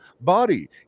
body